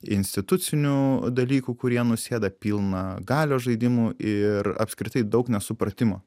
institucinių dalykų kurie nusėda pilna galios žaidimų ir apskritai daug nesupratimo